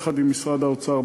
יחד עם משרד האוצר,